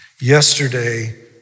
yesterday